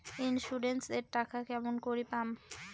Insurance এর টাকা কেমন করি পাম?